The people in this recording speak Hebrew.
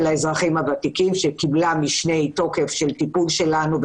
האזרחים הוותיקים שקיבלה משנה תוקף של הטיפול שלנו.